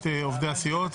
עבור עובדי הסיעות),